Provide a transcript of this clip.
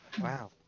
Wow